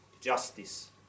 justice